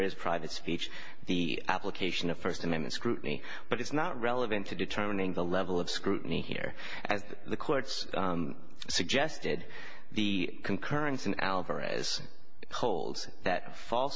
is private speech the application of first amendment scrutiny but it's not relevant to determining the level of scrutiny here as the court's suggested the concurrence in alvarez holds that false